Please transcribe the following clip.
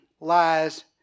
lies